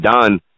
done